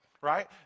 right